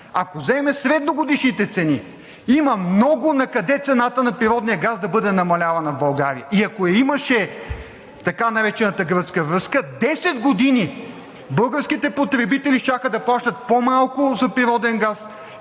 Ако вземем средногодишните цени, има много накъде цената на природния газ да бъде намалявана в България. И ако я имаше така наречената гръцка връзка, десет години българските потребители щяха да плащат по-малко за природен газ